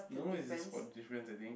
no is a spot the difference I think